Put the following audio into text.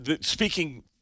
Speaking